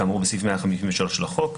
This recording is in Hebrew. כאמור בסעיף 153 לחוק,